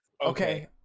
Okay